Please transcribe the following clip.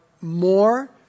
more